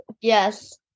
Yes